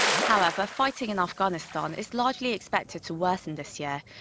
however, fighting in afghanistan is largely expected to worsen this year,